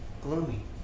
gloomy